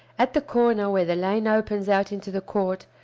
at the corner where the lane opens out into the court,